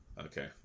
Okay